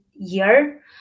year